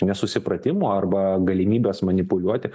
nesusipratimų arba galimybės manipuliuoti